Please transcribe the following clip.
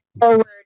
forward